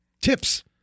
Tips